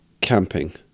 camping